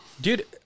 Dude